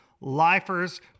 lifers